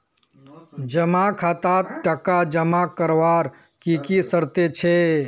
जमा खातात टका जमा करवार की की शर्त छे?